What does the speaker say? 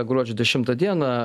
gruodžio dešimtą dieną